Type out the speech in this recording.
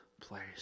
place